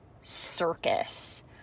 circus